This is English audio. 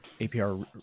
APR